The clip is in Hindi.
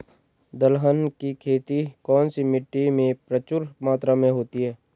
दलहन की खेती कौन सी मिट्टी में प्रचुर मात्रा में होती है?